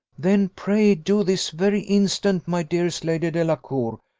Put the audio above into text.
then pray do this very instant, my dearest lady delacour!